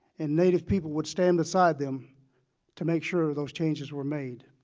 and native people would stand aside them to make sure those changes were made.